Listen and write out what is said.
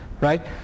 right